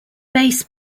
bass